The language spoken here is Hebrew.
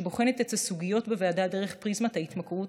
שבוחנת את הסוגיות בוועדה דרך פריזמת ההתמכרות,